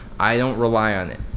i don't rely on it,